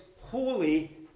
holy